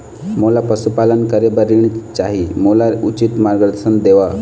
मोला पशुपालन करे बर ऋण चाही, मोला उचित मार्गदर्शन देव?